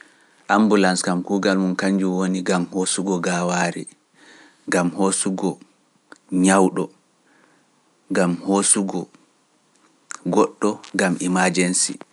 Ambulance kam kuugal mum kanjum woni gam hossugo gawaari, gam hossugo ñawuɗo, gam hossugo goɗɗo, gam emergency.